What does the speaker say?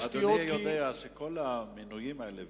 אדוני יודע שכל המינויים האלה,